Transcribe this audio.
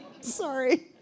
Sorry